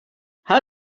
how